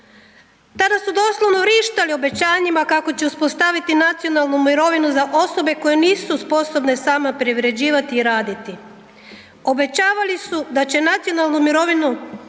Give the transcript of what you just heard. Tada su doslovno vrištali obećanjima kako će uspostaviti nacionalnu mirovinu za osobe koje nisu sposobne same privređivati i raditi. Obećavali su da će nacionalnu mirovinu,